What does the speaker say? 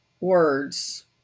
words